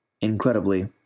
Incredibly